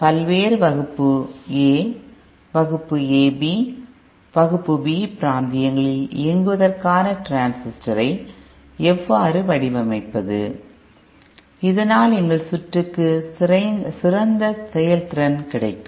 பல்வேறு வகுப்பு ஏ வகுப்பு ஏபி மற்றும் வகுப்பு பி பிராந்தியங்களில் இயங்குவதற்காக டிரான்சிஸ்டரை எவ்வாறு வடிவமைப்பது இதனால் எங்கள் சுற்றுக்கு சிறந்த செயல்திறன் கிடைக்கும்